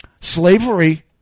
slavery